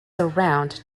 surround